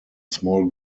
small